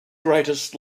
greatest